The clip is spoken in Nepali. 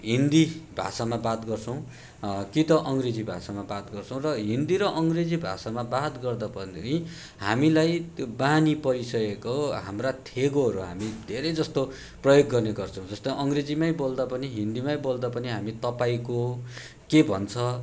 हिन्दी भाषामा बात गर्छौँ कि त अङ्ग्रेजी भाषामा बात गर्छौँ र हिन्दी र अङ्ग्रेजी भाषामा बात गर्दा पनि हामीलाई त्यो बानी परिसकेको हाम्रा थेगोहरू हामी धेरै जस्तो गर्ने गर्छौँ जस्तो अङ्ग्रेजीमा बोल्दा पनि हिन्दीमा बोल्दा पनि हामी तपाईँको के भन्छ